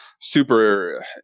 super